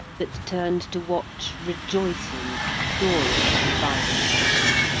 that turn'd to watch, rejoicing, dora's reviving smile.